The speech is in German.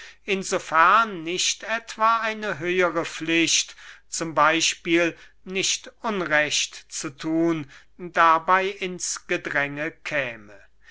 fern nicht etwa eine höhere pflicht z b nicht unrecht zu thun dabey ins gedränge käme